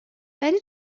ولی